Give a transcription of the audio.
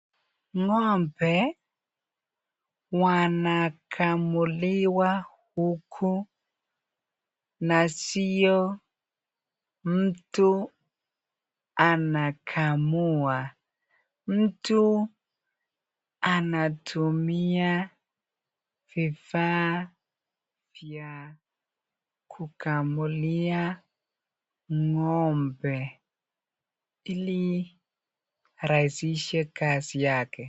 Ngombe wanakamuliwa huko na sio mtu anakamua, mtu anatumia vifaa vya kukamulia ngombe ili arahisishe kazi yake.